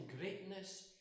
greatness